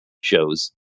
shows